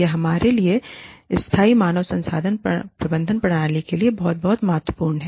यह हमारे लिए स्थायी मानव संसाधन प्रबंधन प्रणाली के लिए बहुत बहुत महत्वपूर्ण है